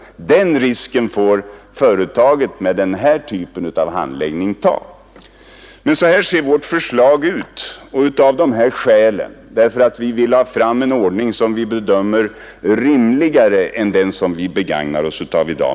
Den risken får som sagt företaget med den här typen av handläggning ta. Vi vill åstadkomma en ordning, som vi bedömer som rimligare än den nu tillämpade.